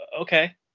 okay